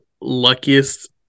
luckiest